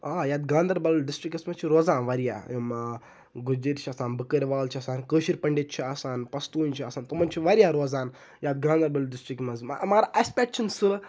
آ یَتھ گانٛدَربَل ڈِسٹرکَس مَنٛز چھُ روزان واریاہ یِم گُجِرۍ چھِ آسان بٔکٕر وال چھِ آسان کٲشِرۍ پنڈِت چھِ آسان پَستوٗنۍ چھِ آسان تمَن چھِ واریاہ روزان یَتھ گانٛدَربَل ڈِسٹرک مَنٛز مَگَر اَسہِ پیٚٹھ چھِنہٕ سُہ